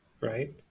right